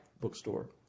bookstore